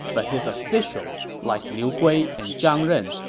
but his officials, like liu gui and zhang ren,